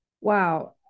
Wow